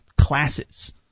classes